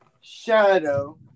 shadow